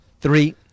Three